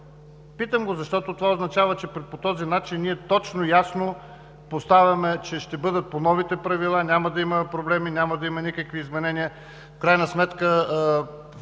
Питам го, защото това означава, че по този начин точно и ясно поставяме, че ще бъде по новите правила, няма да има проблеми, няма да има никакви изменения. В крайна сметка